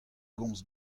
gomz